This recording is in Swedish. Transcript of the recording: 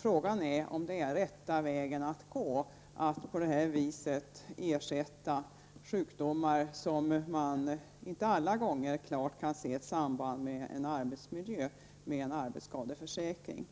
Frågan är om det är den rätta vägen att gå att på det här viset ersätta sjukdomar som inte alla gånger klart kan sättas i samband med en arbetsmiljö med en arbetsskadeförsäkring.